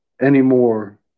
anymore